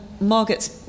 Margaret